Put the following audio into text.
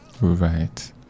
right